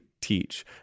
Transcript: teach